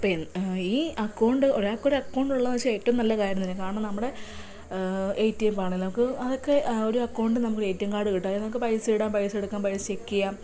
അപ്പം ഈ അക്കൗണ്ട് ഒരാൾക്ക് ഒരു അക്കൗണ്ട് ഉള്ളതെന്ന് വച്ചാൽ ഏറ്റവും നല്ല കാര്യം തന്നെയാ കാരണം നമ്മുടെ എ ടി എം ആണേലും നമുക്ക് ഒരു അക്കൗണ്ട് നമുക്ക് എ ടി എം കാർഡ് കിട്ടും അതിൽ നമുക്ക് പൈസ ഇടാം പൈസ എടുക്കാം പൈസ ചെക്ക് ചെയ്യാം